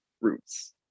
roots